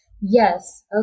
Yes